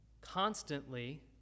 constantly